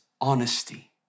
honesty